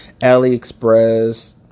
AliExpress